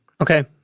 Okay